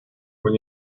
when